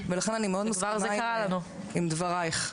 ולכן אני מאוד מסכימה עם דבריך.